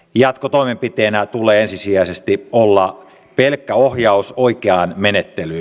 jatkotoimenpiteenä tulee ensisijaisesti olla pelkkä ohjaus oikeaan menettelyyn